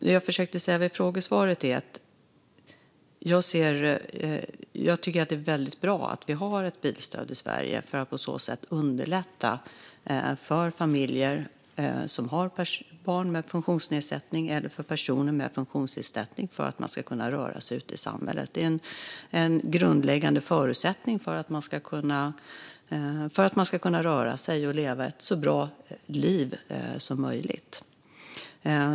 Det jag försökte säga i mitt svar är att jag tycker att det är väldigt bra att vi har ett bilstöd i Sverige för att på så sätt underlätta för familjer som har barn med funktionsnedsättning och för personer med funktionsnedsättning så att man ska kunna röra sig ute i samhället. Det är en grundläggande förutsättning för att man ska kunna röra sig och leva ett så bra liv som möjligt.